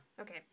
Okay